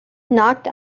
knocked